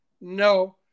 No